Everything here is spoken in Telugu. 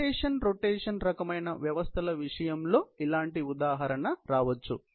రొటేషన్ రొటేషన్ రకమైన వ్యవస్థల విషయంలో ఇలాంటి ఉదాహరణ రావచ్చు